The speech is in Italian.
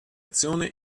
azione